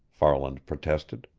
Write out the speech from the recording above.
farland protested.